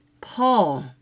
Paul